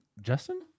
Justin